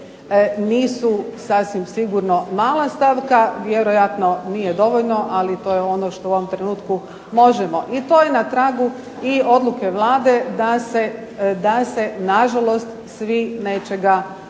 nisu sasvim sigurno mala stavka. Vjerojatno nije dovoljno, ali to je ono što u ovom trenutku možemo. I to je na tragu i odluke Vlade da se nažalost svi nečega u